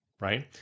right